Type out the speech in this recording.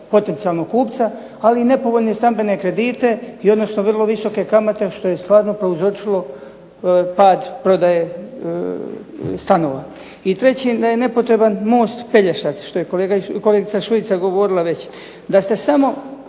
potencijalnog kupca, ali i nepovoljne stambene kredite i odnosno vrlo visoke kamate što je stvarno prouzročilo pad prodaje stanova. I treće, da je nepotreban most Pelješac, što je kolegica Šuica govorila već. Da ste samo